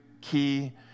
key